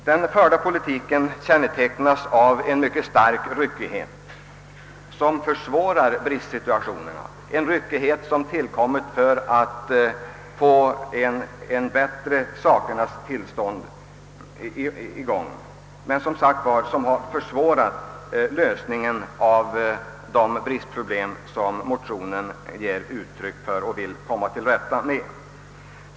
Den förda politiken utmärks av en mycket stor ryckighet som förvärrar bristsituationen, en ryckighet som tillkommit för att få till stånd en förbättring men som tyvärr har försvårat lösningen av de bristproblem vilka motionärerna tagit upp.